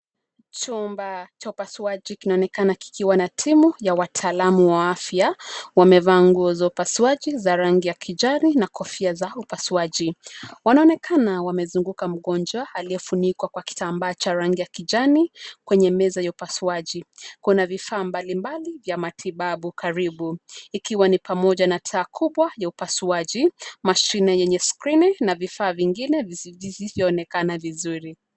Chumba cha upasuaji kinaonekana kikiwa na timu ya wataalamu wa afya. Wamevaa nguo za upasuaji za rangi ya kijani na kofia za upasuaji. Wanaonekana wamezunguka mgonjwa aliyefunikwa kwa kitambaa cha rangi ya kijani kwenye meza ya upasuaji. Kuna vifaa mbalimbali vya matibabu karibu ikiwa ni pamoja na taa kubwa ya upasuaji, mashine yenye skrini na vifaa vingine visivyoonekana vizuri.